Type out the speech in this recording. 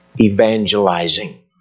evangelizing